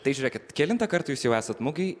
tai žiūrėkit kelintą kartą jūs jau esat mugėj